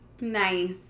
Nice